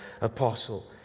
apostle